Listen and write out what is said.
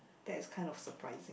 that is kind of surprising